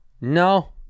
No